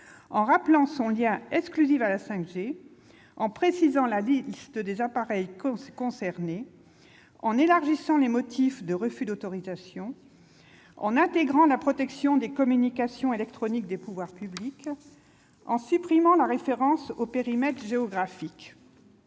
en rappelant son lien exclusif à la 5G, en précisant la liste des appareils concernés, en élargissant les motifs de refus d'autorisation, en intégrant la protection des communications électroniques des pouvoirs publics, en supprimant la référence au périmètre géographique.